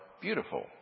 beautiful